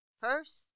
first